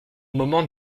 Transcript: moment